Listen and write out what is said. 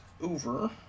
over